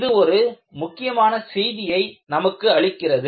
இது ஒரு முக்கியமான செய்தியை நமக்கு அளிக்கிறது